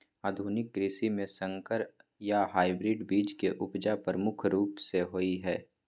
आधुनिक कृषि में संकर या हाइब्रिड बीज के उपजा प्रमुख रूप से होय हय